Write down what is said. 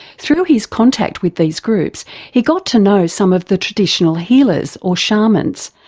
through his contact with these groups he got to know some of the traditional healers or shamans,